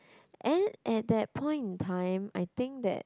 and at that point time I think that